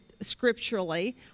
scripturally